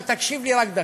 אבל תקשיב לי רק דקה,